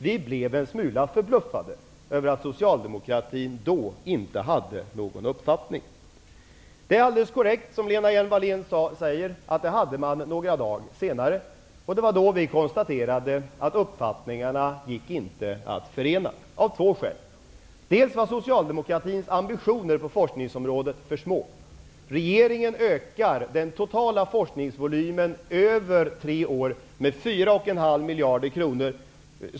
Vi blev en smula förbluffade över att socialdemokratin då inte hade någon uppfattning. Det är alldeles korrekt, som Lena Hjelm-Wallén säger, att man hade det några dagar senare, och då konstaterade vi att uppfattningarna inte gick att förena. Det fanns två skäl. Det ena var att socialdemokraternas ambitioner på forskningsområdet var för små. Regeringen ökar den totala forskningsvolymen över tre år med 4,5 miljarder kronor.